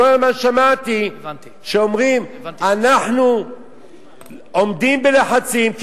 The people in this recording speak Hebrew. שכל הזמן שמעתי שאומרים: אנחנו עומדים בלחצים.